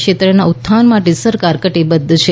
ક્ષેત્રના ઉત્થાન માટે સરકાર કટિબદ્ધ છે